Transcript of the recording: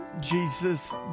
Jesus